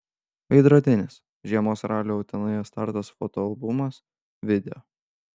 veidrodinis žiemos ralio utenoje startas fotoalbumas video